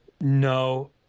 No